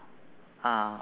ah